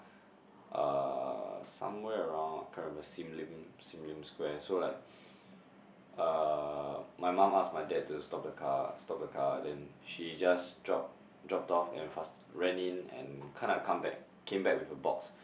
uh somewhere around I can't remember Sim-Lim Sim-Lim-Square so like uh my mom asked my dad to stop the car stop the car and then she just dropped dropped off and faster ran in and kinda come back came back with a box